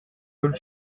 bonne